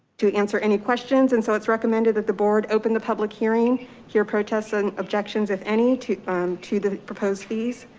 to answer any questions. and so it's recommended that the board open the public hearing here, protests and objections, if any to um to the proposed fees.